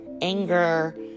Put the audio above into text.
anger